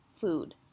food